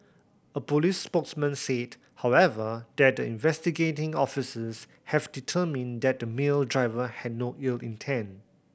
a police spokesman said however that the investigating officers have determined that the male driver had no ill intent